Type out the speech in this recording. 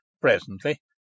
Presently